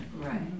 Right